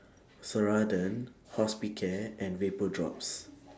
Ceradan Hospicare and Vapodrops